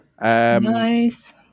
Nice